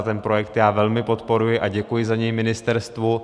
Ten projekt já velmi podporuji a děkuji za něj ministerstvu.